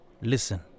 Listen